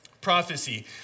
prophecy